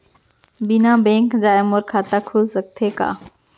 बिना बैंक जाए मोर खाता खुल सकथे का?